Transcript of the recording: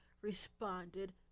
responded